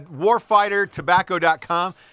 warfightertobacco.com